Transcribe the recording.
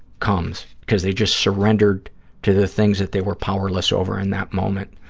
comes because they just surrendered to the things that they were powerless over in that moment,